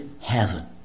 heaven